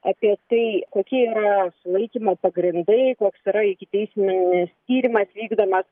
apie tai kokie yra sulaikymo pagrindai koks yra ikiteisminis tyrimas vykdomas